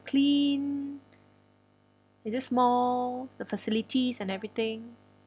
clean is it small the facilities and everything